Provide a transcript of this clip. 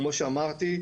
כמו שאמרתי,